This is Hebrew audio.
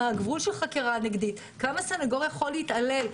כמה סניגור יכול להתעלל?